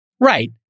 Right